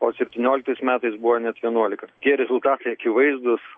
o septynioliktais metais buvo net vienuolika tie rezultatai akivaizdūs